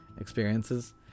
experiences